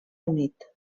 unit